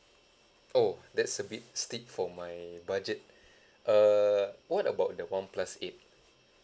oh that's a bit steep for my budget err what about the one plus eight